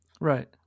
Right